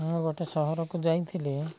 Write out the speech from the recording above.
ମୁଁ ଗୋଟେ ସହରକୁ ଯାଇଥିଲି